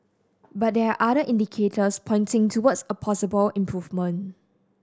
but there are other indicators pointing towards a possible improvement